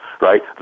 right